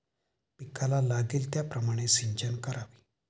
पिकाला लागेल त्याप्रमाणे सिंचन करावे